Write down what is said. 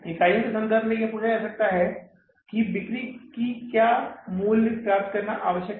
इकाइयों के संदर्भ में या यह पूछा जा सकता है कि बिक्री का क्या मूल्य प्राप्त करना आवश्यक है